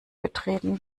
getreten